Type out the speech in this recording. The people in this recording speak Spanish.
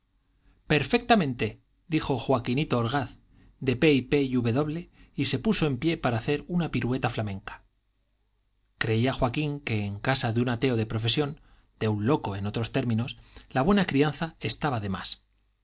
de p y p y w y se puso en pie para hacer una pirueta flamenca creía joaquín que en casa de un ateo de profesión de un loco en otros términos la buena crianza estaba de más